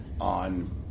on